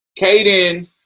Caden